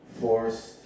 forced